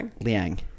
Liang